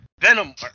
Venom